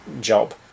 job